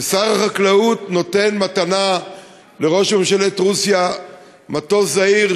כששר החקלאות נותן במתנה לראש ממשלת רוסיה מטוס זעיר